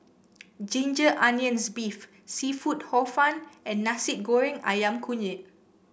Ginger Onions beef seafood Hor Fun and Nasi Goreng ayam Kunyit